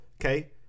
okay